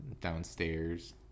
downstairs